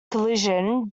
coalition